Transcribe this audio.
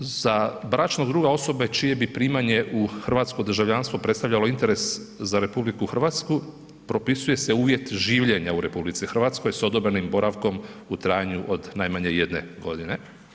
Za bračnog druga osobe čije bi primanje u hrvatsko državljanstvo predstavljalo interes za RH propisuje se uvjet življenja u RH s odobrenim boravkom u trajanju od najmanje 1 godine.